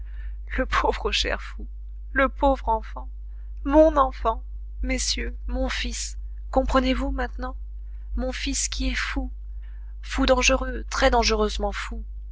le pauvre cher fou le pauvre enfant mon enfant messieurs mon fils comprenez-vous maintenant mon fils qui est fou fou dangereux très dangereusement fou